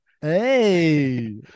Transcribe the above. Hey